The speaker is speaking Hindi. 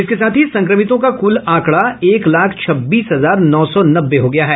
इसके साथ ही संक्रमितों का कुल आंकड़ा एक लाख छब्बीस हजार नौ सौ नब्बे हो गया है